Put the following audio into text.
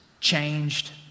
changed